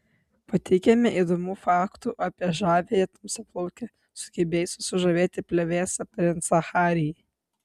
pateikiame įdomių faktų apie žaviąją tamsiaplaukę sugebėjusią sužavėti plevėsą princą harry